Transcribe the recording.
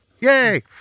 Yay